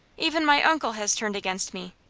even my uncle has turned against me.